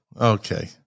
Okay